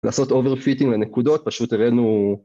לעשות אובר פיטינג לנקודות, פשוט הבאנו...